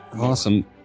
Awesome